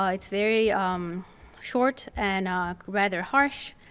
um it's very um short and rather harsh.